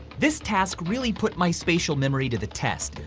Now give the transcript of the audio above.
this task really put my spatial memory to the test,